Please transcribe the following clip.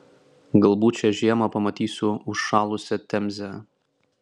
galbūt šią žiemą pamatysiu užšalusią temzę